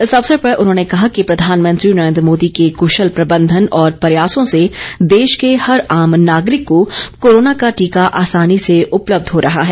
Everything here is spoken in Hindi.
इस अवसर पर उन्होंने कहा कि प्रधानमंत्री नरेंद्र मोदी के कृशल प्रबंधन और प्रयासों से देश के हर आम नागरिक को कोरोना का टीका आसानी से उपलब्य हो रहा हैं